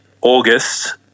August